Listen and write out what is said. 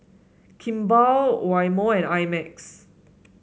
Kimball Eye Mo I Max